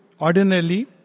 Ordinarily